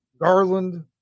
garland